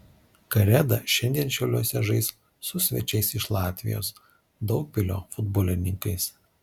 kareda šiandien šiauliuose žais su svečiais iš latvijos daugpilio futbolininkais